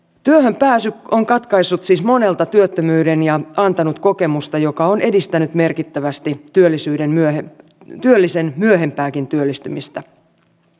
työhön pääsy on katkaissut siis monelta työttömyyden ja antanut kokemusta joka on edistänyt merkittävästi työllisen myöhempääkin työllistymistä